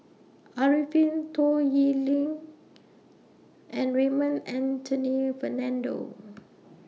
Arifin Toh Yiling and Raymond Anthony Fernando